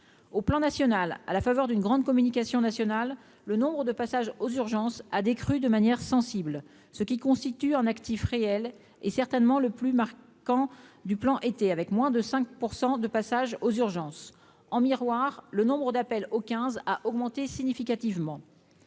au plan national, à la faveur d'une grande communication nationale, le nombre de passages aux urgences a décru de manière sensible, ce qui constitue un actif réel est certainement le plus marquant du plan été avec moins de 5 % de passages aux urgences en miroir le nombre d'appels au quinze à augmenter significativement